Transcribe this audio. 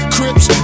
Crips